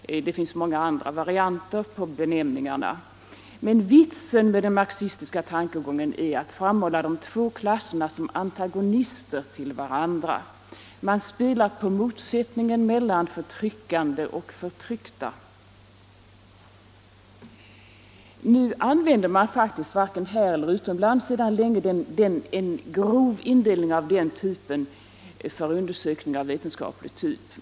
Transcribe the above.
Det finns många andra varianter på benämningarna. Men vitsen med den marxistiska tankegången är att framhålla de två klasserna som antagonister till varandra. Man spelar på motsättningen mellan förtryckande och förtryckta. ä Både här och utomlands har man för länge sedan gått ifrån denna grova indelning för undersökningar av vetenskaplig typ.